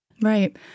Right